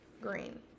green